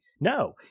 No